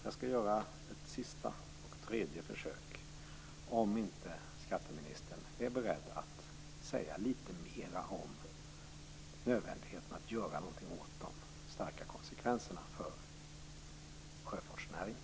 Jag gör ett sista och tredje försök: Är inte skatteministern beredd att säga litet mer om nödvändigheten av att göra någonting åt de stora konsekvenserna för sjöfartsnäringen?